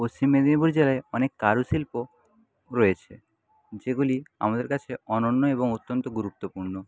পশ্চিম মেদিনীপুর জেলায় অনেক কারুশিল্প রয়েছে যেগুলি আমাদের কাছে অনন্য এবং অত্যন্ত গুরুত্বপূর্ণ